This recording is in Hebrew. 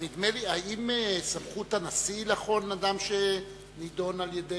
האם סמכות הנשיא לחון אדם שנידון על-ידי